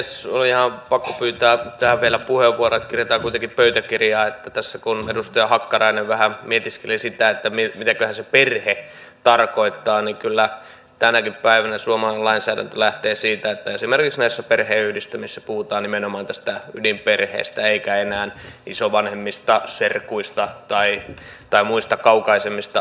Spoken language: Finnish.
oli ihan pakko pyytää tähän vielä puheenvuoro jotta kirjataan kuitenkin pöytäkirjaan että kun edustaja hakkarainen tässä vähän mietiskeli sitä että mitäköhän se perhe tarkoittaa niin kyllä tänäkin päivänä suomalainen lainsäädäntö lähtee siitä että esimerkiksi näissä perheenyhdistämisissä puhutaan nimenomaan tästä ydinperheestä eikä enää isovanhemmista serkuista tai muista kaukaisemmista sukulaisista